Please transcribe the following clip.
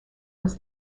was